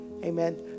Amen